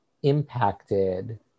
impacted